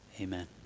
Amen